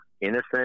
innocent